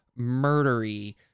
murdery